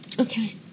Okay